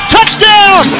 Touchdown